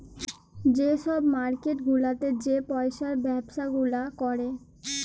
যে ছব মার্কেট গুলাতে যে পইসার ব্যবছা গুলা ক্যরে